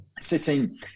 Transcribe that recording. sitting